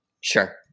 Sure